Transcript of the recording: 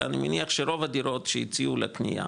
אלא אני מניח שרוב הדירות שהציעו לקנייה,